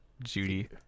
Judy